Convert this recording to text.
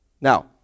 Now